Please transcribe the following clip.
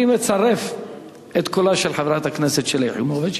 אני מצרף את קולה של חברת הכנסת שלי יחימוביץ.